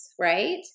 right